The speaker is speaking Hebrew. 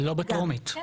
כן.